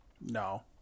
No